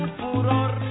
furor